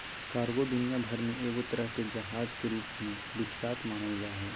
cargo दुनिया भर मे एगो तरह के जहाज के रूप मे विख्यात मानल जा हय